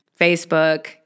Facebook